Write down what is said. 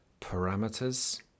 parameters